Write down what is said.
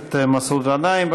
הכנסת מסעוד גנאים.